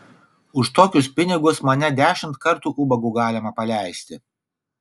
už tokius pinigus mane dešimt kartų ubagu galima paleisti